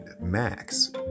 Max